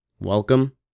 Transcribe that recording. welcome